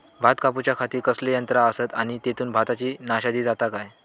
भात कापूच्या खाती कसले यांत्रा आसत आणि तेतुत भाताची नाशादी जाता काय?